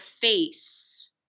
face